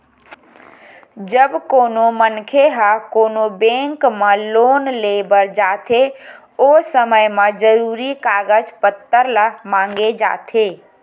जब कोनो मनखे ह कोनो बेंक म लोन लेय बर जाथे ओ समे म जरुरी कागज पत्तर ल मांगे जाथे